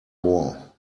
war